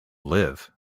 live